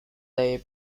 day